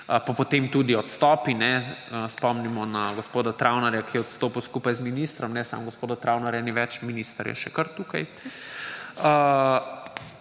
pa potem tudi odstopi. Spomnimo na gospoda Travnerja, ki je odstopil skupaj z ministrom. Samo gospoda Travnerja ni več, minister je še kar tukaj.